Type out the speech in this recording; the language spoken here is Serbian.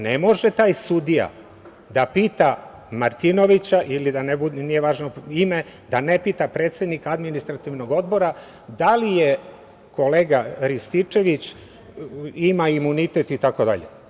Ne može taj sudija da pita Martinovića, nije važno ime, da ne pita predsednika Administrativnog odbora, da li kolega Rističević ima imunitet, itd.